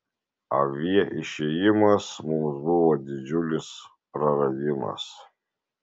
avie išėjimas mums buvo didžiulis praradimas